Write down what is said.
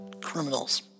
criminals